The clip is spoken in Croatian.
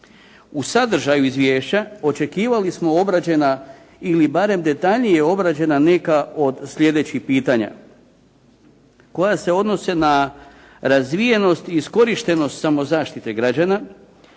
U sadržaju izvješća očekivali smo obrađena ili barem detaljnije obrađena neka od sljedećih pitanja koja se odnose na razvijenost i iskorištenost samozaštite građana,